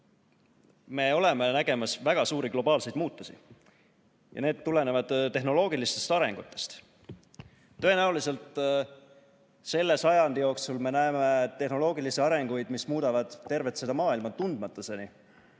ajastul nägemas väga suuri globaalseid muutusi ja need tulenevad tehnoloogilistest arengutest. Tõenäoliselt me näeme selle sajandi jooksul tehnoloogilisi arenguid, mis muudavad tervet maailma tundmatuseni.